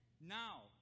Now